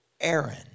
Aaron